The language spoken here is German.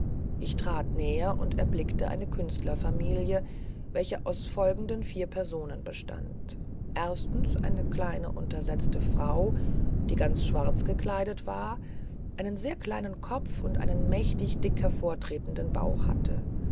ich trat näher und erblickte eine künstlerfamilie welche aus folgenden vier personen bestand erstens eine kleine untersetzte frau die ganz schwarz gekleidet war einen sehr kleinen kopf und einen mächtig dick hervortretenden bauch hatte